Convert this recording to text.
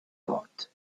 thought